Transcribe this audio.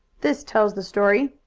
this tells the story,